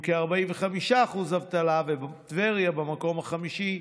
עם כ-45% אבטלה, וטבריה במקום החמישי,